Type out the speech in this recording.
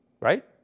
Right